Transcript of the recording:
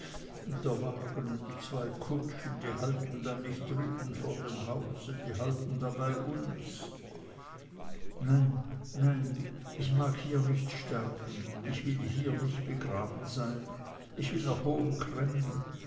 der wagen und die zwei kutschen die halten dann nicht drüben vor dem hause die halten dann bei uns nein nein ich mag hier nicht sterben ich will hier nicht begraben sein ich will nach